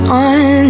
on